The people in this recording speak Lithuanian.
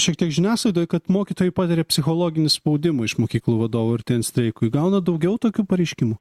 šiek tiek žiniasklaidoj kad mokytojai patiria psichologinį spaudimą iš mokyklų vadovų artėjant streikui gaunat daugiau tokių pareiškimų